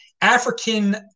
African